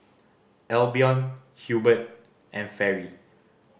Albion Hubert and Fairy